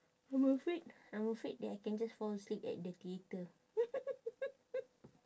I'm afraid I'm afraid that I can just fall asleep at the theatre